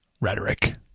rhetoric